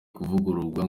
kuvugururwa